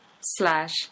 slash